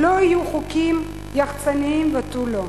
לא יהיו חוקים יחצניים ותו לא.